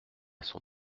son